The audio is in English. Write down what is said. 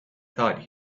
thought